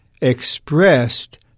Expressed